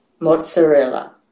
Mozzarella